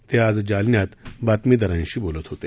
ते आज जालन्यात बातमीदारांशी बोलत होते